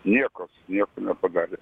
niekas nieko nepadarė